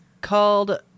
called